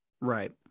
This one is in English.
Right